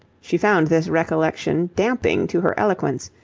she found this recollection damping to her eloquence,